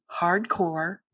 hardcore